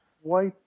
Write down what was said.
white